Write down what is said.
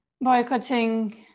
boycotting